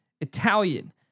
Italian